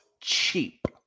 cheap